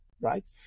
right